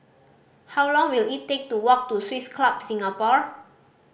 how long will it take to walk to Swiss Club Singapore